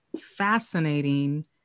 fascinating